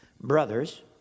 Brothers